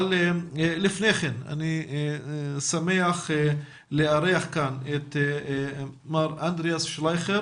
אבל לפני כן אני שמח לארח כאן את מר אנדריאס שלייכר